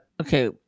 okay